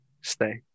stay